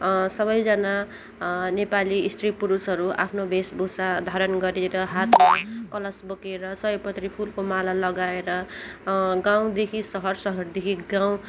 सबैजना नेपाली स्त्री पुरुषहरू आफ्नो वेशभूषा धारण गरेर हातमा कलश बोकेर सयपत्री फुलको माला लगाएर गाउँदेखि शहर शहरदेखि गाउँ